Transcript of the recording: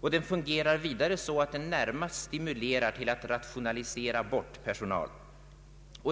Den fungerar vidare så att den närmast stimulerar till att rationalisera bort personal.